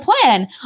plan